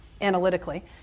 analytically